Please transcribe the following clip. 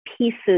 pieces